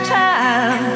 time